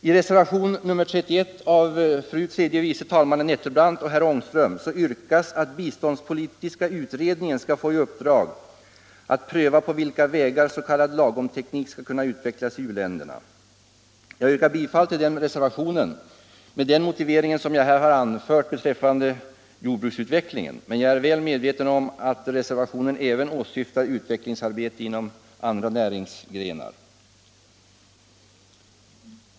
I reservationen nr 31 av fru tredje vice talmannen Nettelbrandt och herr Ångström yrkas att biståndspolitiska utredningen skall få i uppdrag att pröva på vilka vägar s.k. lagomteknik skall kunna utvecklas i uländerna. Jag yrkar bifall till den reservationen med den motivering som jag här har anfört beträffande jordbruksutvecklingen. Men jag är väl medveten om att reservationen även åsyftar utvecklingsarbete inom andra näringsgrenar.